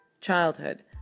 childhood